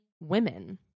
women